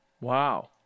Wow